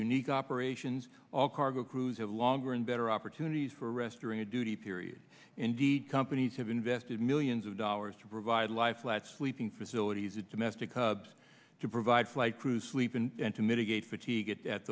unique operations all cargo crews have longer and better opportunities for rest or in a duty period indeed companies have invested millions of dollars to provide life let sleeping facilities a domestic cubs to provide flight crews sleep in and to mitigate fatigue it at